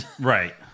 Right